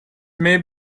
may